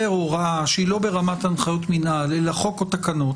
הוראה שהיא לא ברמת הנחיות מינהל אלא חוק או תקנות